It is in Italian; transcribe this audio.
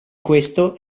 questo